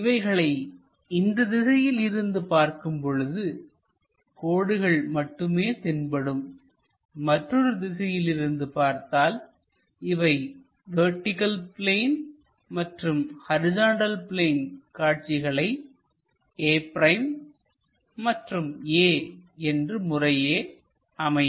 இவைகளை இந்த திசையில் இருந்து பார்க்கும் பொழுது கோடுகள் மட்டுமே தென்படும்மற்றொரு திசையில் இருந்து பார்த்தால் இவை வெர்டிகள் பிளேன் மற்றும் ஹரிசாண்டல் பிளேன் காட்சிகளாக a' மற்றும் a என்று முறையே அமையும்